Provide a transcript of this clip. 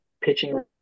Pitching